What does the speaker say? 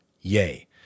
yay